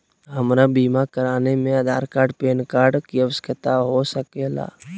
हमरा बीमा कराने में आधार कार्ड पैन कार्ड की आवश्यकता हो सके ला?